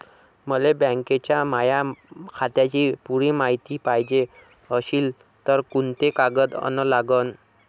मले बँकेच्या माया खात्याची पुरी मायती पायजे अशील तर कुंते कागद अन लागन?